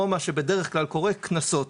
או מה שבדרך כלל קורה קנסות.